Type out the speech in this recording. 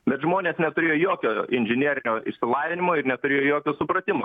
bet žmonės neturėjo jokio inžinerinio išsilavinimo ir neturėjo jokio supratimo